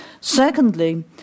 Secondly